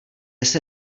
jsi